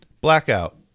blackout